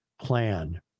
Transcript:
plan